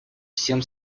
всем